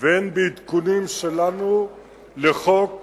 והן בעדכונים שלנו לחוק